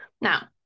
now